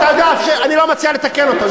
אתה יודע שאני לא מציע לתקן אותו.